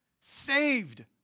Saved